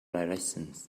directions